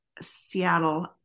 Seattle